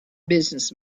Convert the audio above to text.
business